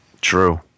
True